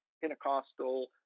Pentecostal